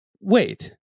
wait